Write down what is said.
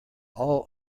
all